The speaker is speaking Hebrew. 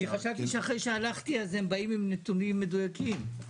חשבתי שאחרי שהלכתי הם באים עם נתונים מדויקים.